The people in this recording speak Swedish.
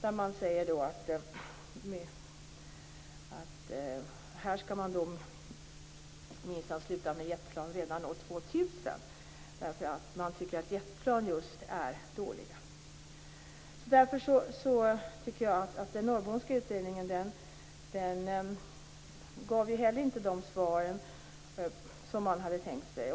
I den sägs att man minsann skall sluta med jetplan redan år 2000, därför att man tycker att just jetplan är dåliga. Jag tycker att den Norrbomska utredningen inte heller gav de svar man hade tänkt sig.